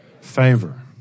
Favor